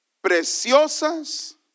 preciosas